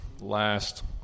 last